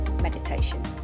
meditation